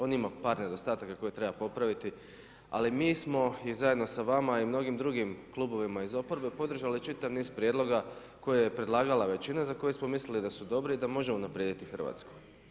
On ima par nedostataka koje treba popraviti, ali mi smo i zajedno sa vama i mnogim drugim klubovima iz oporbe podržali čitav niz prijedloga koje je predlagala većina za koje smo mislili da su dobri i da može unaprijediti Hrvatsku.